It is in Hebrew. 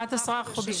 כמעט 10 חודשים.